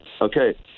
okay